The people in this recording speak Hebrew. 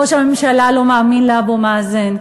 ראש הממשלה לא מאמין לאבו מאזן.